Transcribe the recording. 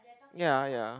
ya ya